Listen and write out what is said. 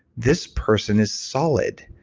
this person is solid.